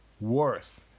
worth